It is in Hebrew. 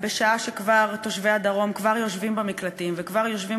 ובשעה שכבר תושבי הדרום כבר יושבים במקלטים וכבר יושבים